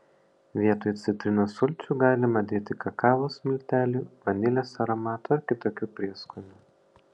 vietoj citrinos sulčių galima dėti kakavos miltelių vanilės aromato ar kitokių prieskonių